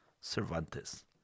Cervantes